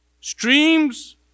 streams